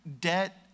debt